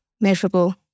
measurable